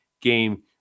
game